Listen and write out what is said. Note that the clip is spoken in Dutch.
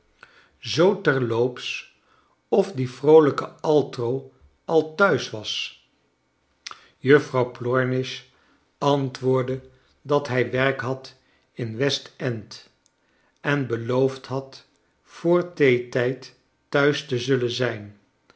zoo terloops of die vroolijke altro al thuis was juffrouw plornish antwoordde dat hij werk had in westend en beloofd had voor theetijd thuis te zullen zijn